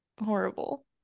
horrible